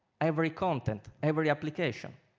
every content, every application.